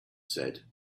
said